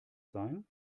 sein